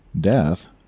Death